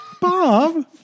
Bob